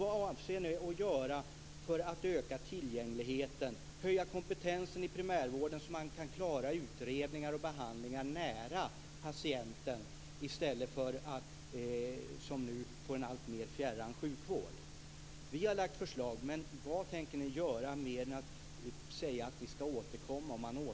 Vad avser ni att göra för att öka tillgängligheten och för att höja kompetensen i primärvården så att man kan klara utredningar och behandlingar nära patienten i stället för att som nu få en alltmer fjärran sjukvård? Vi har lagt fram förslag, men vad tänker ni göra mer än att säga att ni skall återkomma?